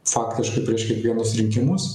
faktiškai prieš kiekvienus rinkimus